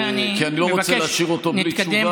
ואני מבקש שנתקדם